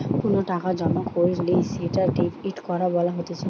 কোনো টাকা জমা কইরলে সেটা ডেবিট করা বলা হতিছে